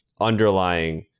underlying